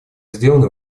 сделаны